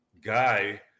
guy